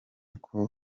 uko